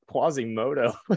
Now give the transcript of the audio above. Quasimodo